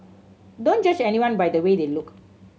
don't judge anyone by the way they look